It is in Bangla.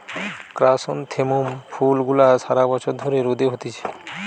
ক্র্যাসনথেমুম ফুল গুলা সারা বছর ধরে রোদে হতিছে